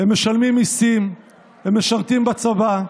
הם משלמים מיסים, הם משרתים בצבא,